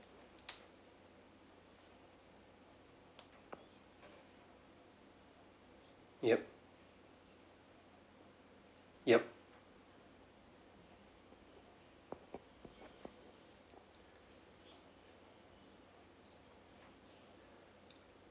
yup yup